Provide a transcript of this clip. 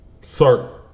Sir